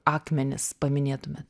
akmenis paminėtumėt